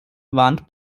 warnt